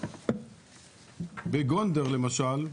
בגונדר למשל,